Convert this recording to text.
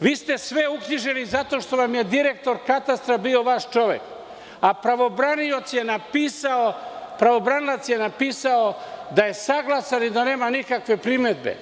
Vi ste sve uknjižili zato što vam je direktor Katastra bio vaš čovek, pravobranilac je napisao da je saglasan i da nema nikakve primedbe,